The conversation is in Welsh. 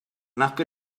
nac